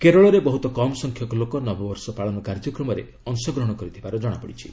କେରଳରେ ବହ୍ରତ କମ୍ ସଂଖ୍ୟକ ଲୋକ ନବବର୍ଷ ପାଳନ କାର୍ଯ୍ୟକ୍ରମରେ ଅଂଶଗ୍ରହଣ କରିଥିବାର ଜଣାପଡ଼ିଛି